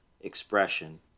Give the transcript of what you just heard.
expression